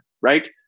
right